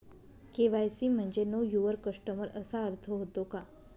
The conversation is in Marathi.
के.वाय.सी म्हणजे नो यूवर कस्टमर असा अर्थ होतो का?